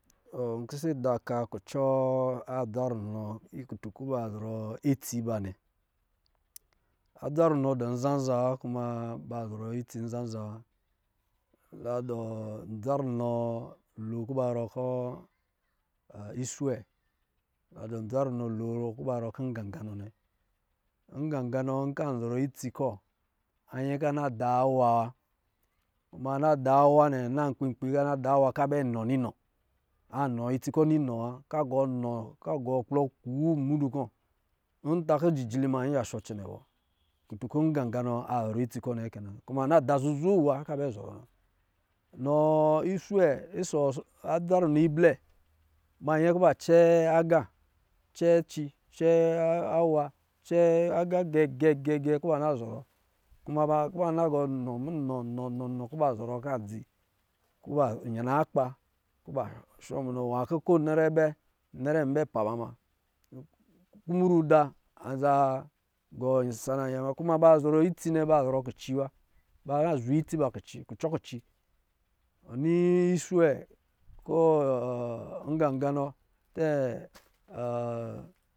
N pɛsɛ ida oka kucɔ adza runɔ kutu kɔ̄ ba zɔrɔ itsi ba nnɛ. Adza runɔ dɔ̄ nza-nza wa kuma ba zɔrɔ itsi ba nza-nza wa. la dɔ̄ ndza runɔ lo kɔ̄ ba rɔɔ kɔ̄ iswewe, la dɔ̄ dza runɔ lorɔ kɔ̄, kɔ̄ rɔ kɔ̄ ngagaganɔ nnɛ. Ngaganganɔ nkɔ̄ an zɔrɔ itsi kɔ̄ a naa ka na da wa, kuma na da wa nnɛ a naa nkpi-nkpi ka na da awa kɔ̄ a bɛ nɔninɔ. Anɔ itsi kɔ̄ ninɔ wa, ka gɔ nɔ, ka gɔ kplɔ kuu mudu kɔ̄, nta kɔ̄ jijili ma yiya shɔ cɛnɛ bɔ kutun kɔ̄ nganganɔ azɔrɔ itsi kɔ̄ nnɛ kɛ na. Kuma a na da zuzu nawa kɔ̄ abɛ zɔrɔ nco nɔ iswiwe, ɔsɔ̄ adza runɔ iblɛ ba nyɛ kɔ̄ ba cɛ agā cɛ aci, cɛ awa, cɛ agā gɛgɛgɛ kɔ̄ ba na zɔrɔ kuma ba na gɔ ro minɔ, nɔ-nɔ-nɔ kɔ̄ ba zɔrɔ kɔ̄ adzi kɔ̄ ba yana akpa kɔ̄ ba shɔ munɔ wa kɔ̄ ko nɛrɛ bɔ nɛrɛ bɛ pa ba muna, kumru da an za gɔ sana yɛ muna. Ba zɔrɔ itsi nnɛ ba zɔrɔ kici wa, ba nɔ zwe itsi ba kici kucɔ kici, wɔ ni iswiwe ko ɔ nganganɔ tɛ ɔ